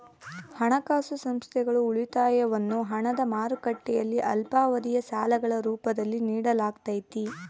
ಹಣಕಾಸು ಸಂಸ್ಥೆಗಳು ಉಳಿತಾಯವನ್ನು ಹಣದ ಮಾರುಕಟ್ಟೆಯಲ್ಲಿ ಅಲ್ಪಾವಧಿಯ ಸಾಲಗಳ ರೂಪದಲ್ಲಿ ನಿಡಲಾಗತೈತಿ